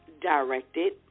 directed